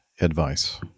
advice